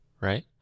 right